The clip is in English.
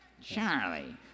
Charlie